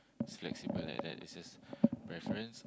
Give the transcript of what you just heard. it's flexible like that it's just preference